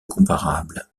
comparables